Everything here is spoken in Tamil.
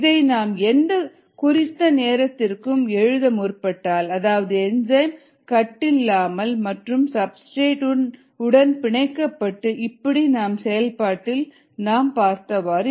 இதை நாம் எந்த குறித்த நேரத்திற்கும் எழுத முற்பட்டால் அதாவது என்சைம் கட்டில்லாமல் மற்றும் சப்ஸ்டிரேட் உடன் பிணைக்கப்பட்டு இப்படி நம் செயல்பாட்டில் நாம் பார்த்தவாறு